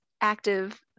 active